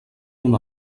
una